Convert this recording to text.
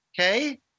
Okay